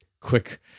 quick